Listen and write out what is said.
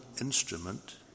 instrument